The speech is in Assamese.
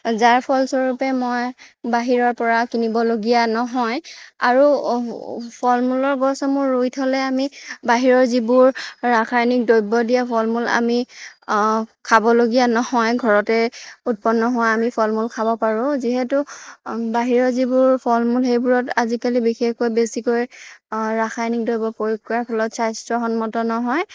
যাৰ ফলস্বৰূপে মই বাহিৰৰ পৰা কিনিবলগীয়া নহয় আৰু ফল মূলৰ গছসমূহ ৰুই থলে আমি বাহিৰৰ যিবোৰ ৰাসায়নিক দ্ৰব্য দিয়া ফল মূল আমি খাবলগীয়া নহয় ঘৰতে উৎপন্ন হোৱা আমি ফল মূল খাব পাৰোঁ যিহেতু বাহিৰৰ যিবোৰ ফল মূল সেইবোৰত আজিকালি বিশেষকৈ বেছিকৈ ৰাসায়নিক দ্ৰব্য প্ৰয়োগ কৰাৰ ফলত স্বাস্থ্যসন্মত নহয়